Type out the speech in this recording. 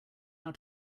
how